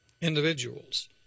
individuals